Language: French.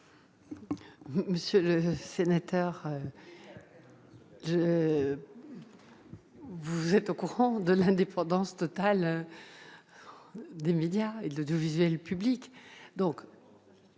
Monsieur le sénateur, vous êtes au courant de l'indépendance totale des médias et de l'audiovisuel public !